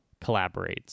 collaborates